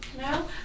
No